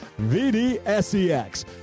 VDSEX